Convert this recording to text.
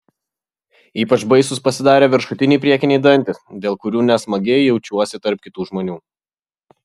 ypač baisūs pasidarė viršutiniai priekiniai dantys dėl kurių nesmagiai jaučiuosi tarp kitų žmonių